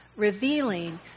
revealing